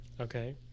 Okay